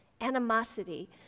animosity